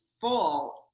full